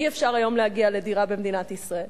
אי-אפשר היום להגיע לדירה במדינת ישראל.